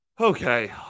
Okay